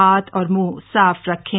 हाथ और मुंह साफ रखें